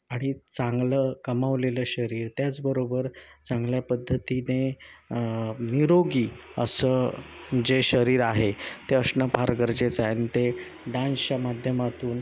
आणि चांगलं कमावलेलं शरीर त्याचबरोबर चांगल्या पद्धतीने निरोगी असं जे शरीर आहे ते असणं फार गरजेचं आहे आणि ते डान्सच्या माध्यमातून